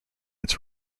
its